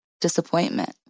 disappointment